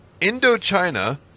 Indochina